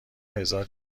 هزار